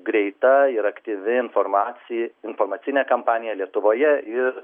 greita ir aktyvi informacija informacinė kampanija lietuvoje ir